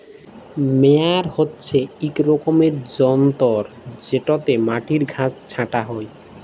মেয়ার হছে ইক রকমের যল্তর যেটতে মাটির ঘাঁস ছাঁটা হ্যয়